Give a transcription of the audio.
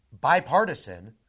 bipartisan